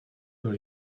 byl